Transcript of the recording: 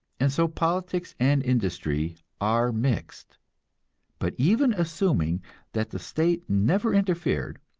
and so politics and industry are mixed but even assuming that the state never interfered,